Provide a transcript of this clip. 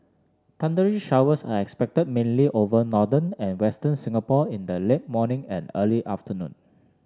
thundery showers are expected mainly over northern and western Singapore in the late morning and early afternoon